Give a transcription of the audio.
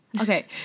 Okay